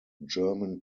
german